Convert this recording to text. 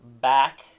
Back